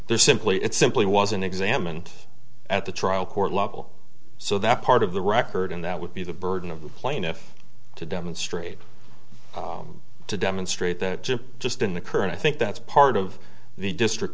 there's simply it simply wasn't examined at the trial court level so that part of the record and that would be the burden of the plaintiff to demonstrate to demonstrate that just in the current i think that's part of the district